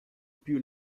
più